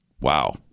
Wow